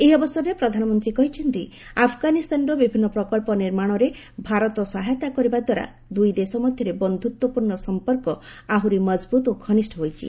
ଏହି ଅବସରରେ ପ୍ରଧାନମନ୍ତ୍ରୀ କହିଛନ୍ତି ଆଫ୍ଗାନିସ୍ତାନର ବିଭିନ୍ନ ପ୍ରକଳ୍ପ ନିର୍ମାଣରେ ଭାରତ ସହାୟତା କରିବା ଦ୍ୱାରା ଦୁଇ ଦେଶ ମଧ୍ୟରେ ବନ୍ଧୁତ୍ୱପୂର୍ଣ୍ଣ ସମ୍ପର୍କ ଆହୁରି ମଜବୁତ୍ ଓ ଘନିଷ୍ଠ ହୋଇଛି